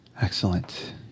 excellent